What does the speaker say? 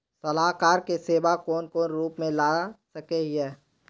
सलाहकार के सेवा कौन कौन रूप में ला सके हिये?